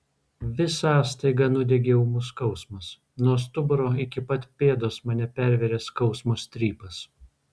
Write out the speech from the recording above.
visą staiga nudiegė ūmus skausmas nuo stuburo iki pat pėdos mane pervėrė skausmo strypas